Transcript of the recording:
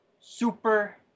super